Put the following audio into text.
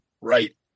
Right